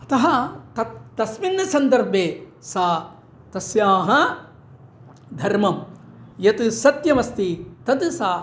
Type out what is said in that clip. अतः तत् तस्मिन् सन्दर्भे सा तस्याः धर्मं यत् सत्यमस्ति तद् सा